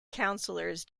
councillors